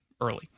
early